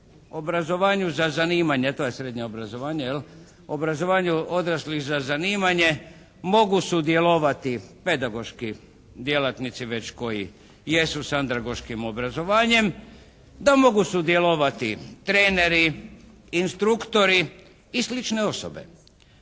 obrazovanju za zanimanja, to je srednje obrazovanje jel', obrazovanju odraslih za zanimanje mogu sudjelovati pedagoški djelatnici već koji jesu s andragoškim obrazovanjem, da mogu sudjelovati treneri, instruktori i slične osobe.